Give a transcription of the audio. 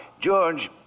George